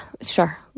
sure